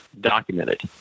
Documented